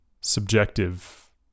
Subjective